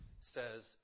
says